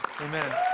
Amen